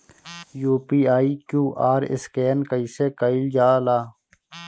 UPI QR scan कइसे कईल जा ला?